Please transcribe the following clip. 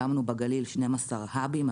הקמנו בגליל 12 האבים,